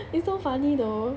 it's so funny though